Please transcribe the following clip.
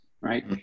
right